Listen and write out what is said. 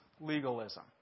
legalism